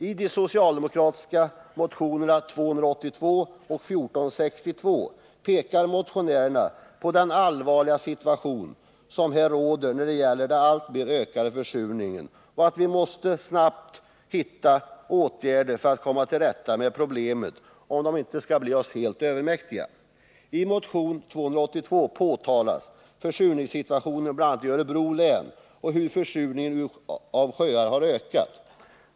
I de socialdemokratiska motionerna 282 och 1462 pekar motionärerna på den allvarliga situationen när det gäller den alltmer ökade försurningen och på att vi snabbt måste vidta åtgärder för att komma till rätta med problemen, om de inte skall bli oss helt övermäktiga. I motion 282 påtalas försurningssituationen i bl.a. Örebro län och att försurningen av sjöarna har ökat.